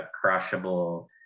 crushable